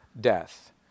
death